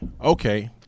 okay